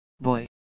boy